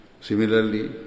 Similarly